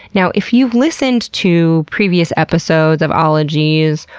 now, if you've listened to previous episodes of ologies,